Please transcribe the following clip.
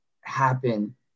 happen